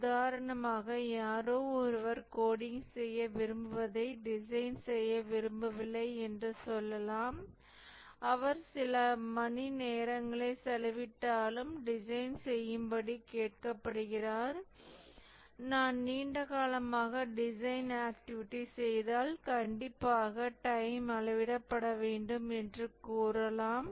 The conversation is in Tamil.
உதாரணமாக யாரோ ஒருவர் கோடிங் செய்ய விரும்புவதை டிசைன் செய்ய விரும்பவில்லை என்று சொல்லலாம் அவர் சில மணிநேரங்களை செலவிட்டாலும் டிசைன் செய்யும்படி கேட்கப்படுகிறார் நான் நீண்ட காலமாக டிசைன் ஆக்டிவிட்டி செய்தால் கண்டிப்பாக டைம் அளவிடப்பட வேண்டும் என்று கூறலாம்